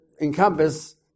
encompass